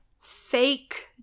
Fake